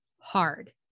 hard